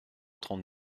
trente